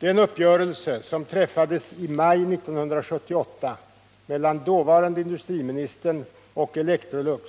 Den uppgörelse som träffades i maj 1978 mellan dåvarande industriministern och AB Electrolux